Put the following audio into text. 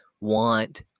want